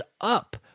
up